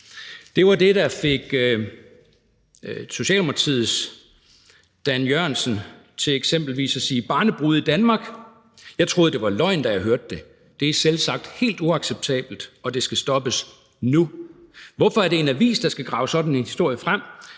Det var det, der fik eksempelvis Socialdemokratiets Dan Jørgensen til at sige: »Barnebrude i Danmark? Jeg troede det var løgn da jeg hørte det. Det er selvsagt helt uacceptabelt og det skal stoppes nu! Hvorfor er det en avis der skal grave sådan en historie fem.